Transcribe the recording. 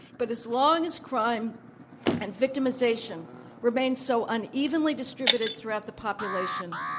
but as long as crime and victimization remain so unevenly distributed throughout the population,